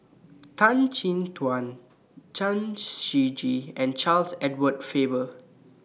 Tan Chin Tuan Chen Shiji and Charles Edward Faber